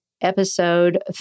episode